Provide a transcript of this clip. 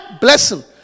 blessing